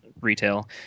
retail